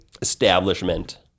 Establishment